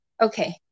Okay